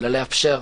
אלא לאפשר.